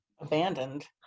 abandoned